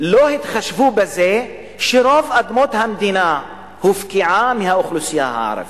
לא התחשבו בזה שרוב אדמות המדינה הופקעו מהאוכלוסייה הערבית.